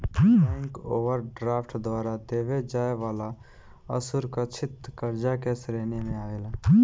bank overdraft द्वारा देवे जाए वाला असुरकछित कर्जा के श्रेणी मे आवेला